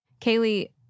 Kaylee